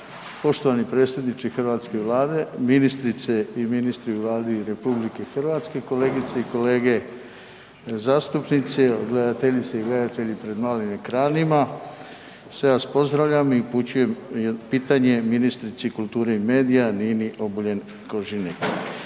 poštovani predsjedniče hrvatske Vlade, ministrice i ministri Vlade RH, kolegice i kolege zastupnici, gledateljice i gledatelji pred malim ekranima sve vas pozdravljam. Upućujem pitanje ministrici kulture i medija Nini Oboljen Koržinek.